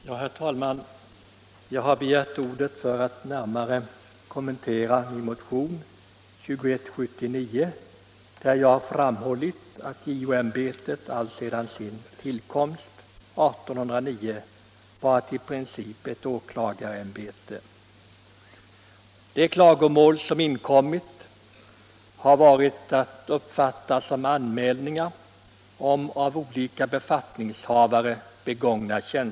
Herr talman! Jag har begärt ordet för att närmare kommentera min motion 1975:2179, där jag har framhållit att JO-ämbetet alltsedan sin tillkomst 1809 varit i princip ett åklagarämbete. De klagomål som inkommit har varit att uppfatta som anmälningar av tjänstefel begångna av olika befattningshavare.